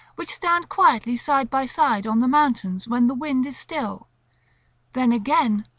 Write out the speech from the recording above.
which stand quietly side by side on the mountains when the wind is still then again,